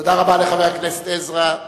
תודה רבה לחבר הכנסת עזרא.